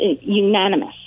unanimous